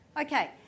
Okay